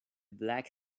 black